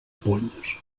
polls